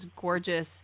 gorgeous